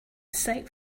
sight